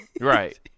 Right